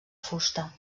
fusta